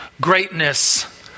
greatness